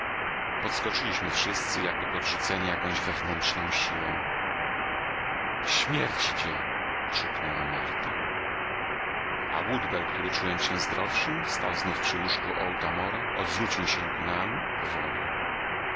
podskoczyliśmy wszyscy jakby podrzuceni jakąś wewnętrzną siłą śmierć idzie krzyknęła marta a woodbell który czując się zdrowszym stał znowu przy łóżku otamora odwrócił się ku nam powoli